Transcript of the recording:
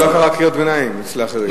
הוא לא קרא קריאות ביניים אצל האחרים.